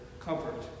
comfort